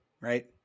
right